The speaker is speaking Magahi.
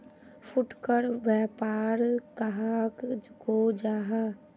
फुटकर व्यापार कहाक को जाहा?